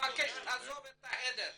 אני מבקש שתעזוב את הדיון.